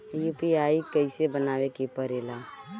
UPI कइसे बनावे के परेला?